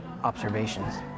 observations